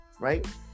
right